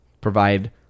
Provide